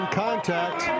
contact